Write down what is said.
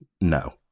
No